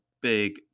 big